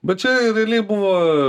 bet čia realiai buvo